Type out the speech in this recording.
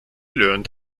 learned